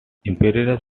emperor